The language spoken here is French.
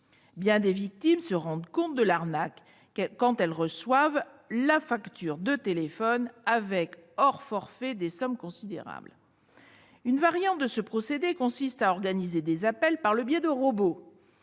Bien des victimes se rendent compte de l'arnaque lorsqu'elles reçoivent leur facture de téléphone et doivent s'acquitter, hors forfait, de sommes considérables. Une variante de ce procédé consiste à organiser des appels par le biais de robots